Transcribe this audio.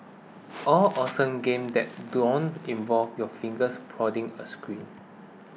all awesome games that don't involve your fingers prodding a screen